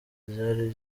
ryari